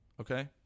okay